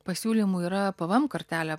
pasiūlymų yra pvm kartelę